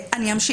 אמון